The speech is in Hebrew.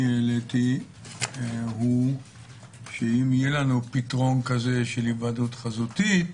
שאני העליתי הוא שאם יהיה לנו פתרון כזה של היוועדות חזותית,